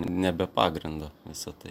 ne be pagrindo visa tai